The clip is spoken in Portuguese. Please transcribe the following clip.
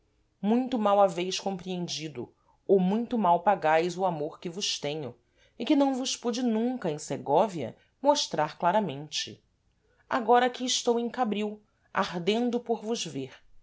muito mal haveis compreendido ou muito mal pagais o amor que vos tenho e que não vos pude nunca em segóvia mostrar claramente agora aqui estou em cabril ardendo por vos ver